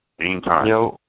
Anytime